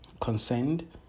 concerned